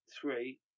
three